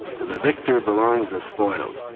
to the victor belongs the spoils,